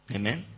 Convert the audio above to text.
Amen